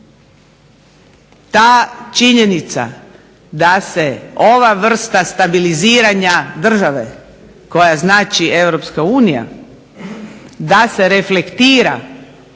Ta činjenica da se ova vrsta stabiliziranja države koja znači EU da se reflektira na te